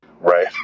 Right